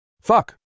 Fuck